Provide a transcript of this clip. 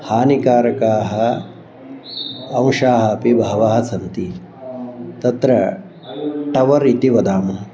हानिकारकाः अंशाः अपि बहवः सन्ति तत्र टवर् इति वदामि